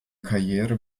karriere